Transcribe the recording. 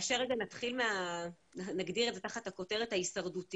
כאשר נגדיר את זה תחת הכותרת, ההישרדותיים.